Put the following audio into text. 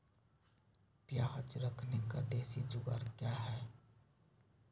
प्याज रखने का देसी जुगाड़ क्या है?